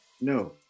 No